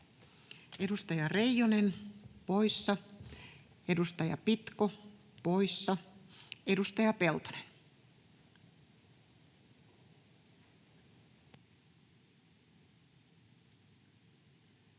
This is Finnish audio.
Edustaja Reijonen poissa, edustaja Pitko poissa. — Edustaja Peltonen. Arvoisa puhemies!